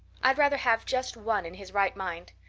i'd rather have just one in his right mind.